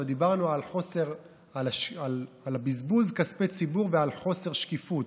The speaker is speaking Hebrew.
דיברנו על בזבוז כספי ציבור ועל חוסר שקיפות.